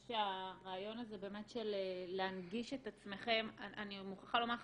אני חושבת שהרעיון הזה של להנגיש את עצמכם אני מוכרחה לומר לך